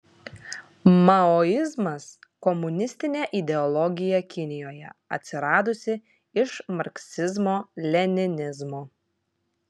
maoizmas komunistinė ideologija kinijoje atsiradusi iš marksizmo leninizmo